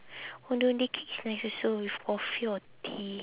ondeh ondeh cake is nice also with coffee or tea